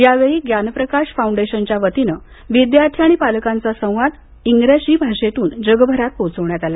यावेळी ग्यानप्रकाश फांऊडेशनच्या वतीने विद्यार्थी आणि पालकांचा संवाद हा इंग्रजी भाषेतून जगभरात पोहचवण्यात आला